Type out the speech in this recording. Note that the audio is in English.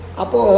apo